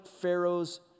Pharaoh's